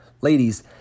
Ladies